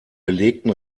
belegten